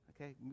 Okay